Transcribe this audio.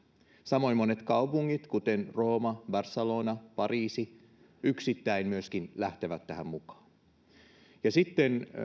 samoin monet kaupungit kuten rooma barcelona ja pariisi yksittäin myöskin lähtevät tähän mukaan sitten